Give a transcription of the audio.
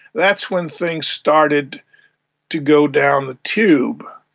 that's when things started to go down the tube.